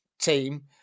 team